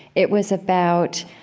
it was about